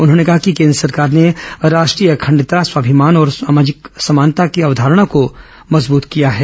उन्होंने कहा कि केन्द्र सरकार ने राष्ट्रीय अखंडता स्वाभिमान और सामाजिक अवधारणा को मजबूत किया है